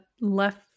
left